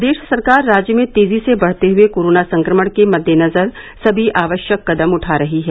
प्रदेश सरकार राज्य में तेजी से बढ़ते हुए कोरोना संक्रमण के मद्देनजर सभी आवश्यक कदम उठा रही है